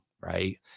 right